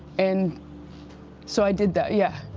and so i did that, yeah.